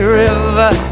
river